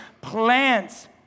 Plants